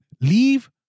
leave